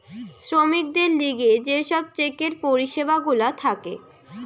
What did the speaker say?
শ্রমিকদের লিগে যে সব চেকের পরিষেবা গুলা থাকে